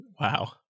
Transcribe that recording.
Wow